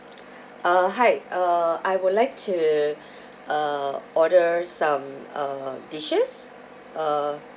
uh hi uh I would like to uh order some uh dishes uh